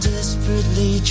Desperately